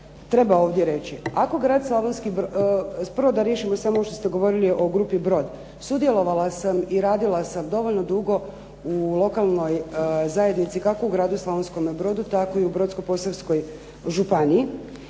Slavonski brod, prvo da riješimo samo ovo što ste govorili o grupi "Brod". Sudjelovala sam i radila sam dovoljno dugo u lokalnoj zajednici kako u gradu Slavonskome Brodu tako i u Brodsko-posavskoj županiji